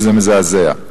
וזה מזעזע.